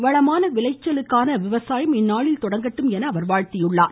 வளமான விளைச்சலுக்கான விவசாயம் இந்நாளில் தொடங்கட்டும் என வாழ்த்தியுள்ளார்